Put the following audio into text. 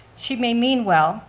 she may mean well,